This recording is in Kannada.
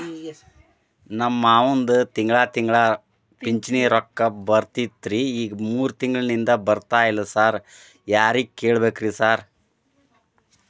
ನಮ್ ಮಾವಂದು ತಿಂಗಳಾ ತಿಂಗಳಾ ಪಿಂಚಿಣಿ ರೊಕ್ಕ ಬರ್ತಿತ್ರಿ ಈಗ ಮೂರ್ ತಿಂಗ್ಳನಿಂದ ಬರ್ತಾ ಇಲ್ಲ ಸಾರ್ ಯಾರಿಗ್ ಕೇಳ್ಬೇಕ್ರಿ ಸಾರ್?